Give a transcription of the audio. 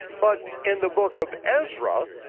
but in the book of ezra,